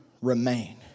remain